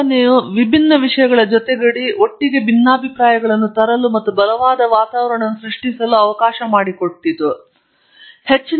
ಕಲ್ಪನೆಯು ವಿಭಿನ್ನ ವಿಷಯಗಳ ಜೊತೆಗೂಡಿ ಒಟ್ಟಿಗೆ ಭಿನ್ನಾಭಿಪ್ರಾಯಗಳನ್ನು ತರಲು ಮತ್ತು ಬಲವಾದ ವಾತಾವರಣವನ್ನು ಸೃಷ್ಟಿಸಲು ಅವರಿಗೆ ಅವಕಾಶ ಮಾಡಿಕೊಟ್ಟಿತು ಅವರಿಗೆ ಹೆಚ್ಚಿನ ಸ್ವಾತಂತ್ರ್ಯವನ್ನು ನೀಡಿತು ಆದರೆ ರಚನೆಯ ಪರಸ್ಪರ ಕ್ರಿಯೆಗಳು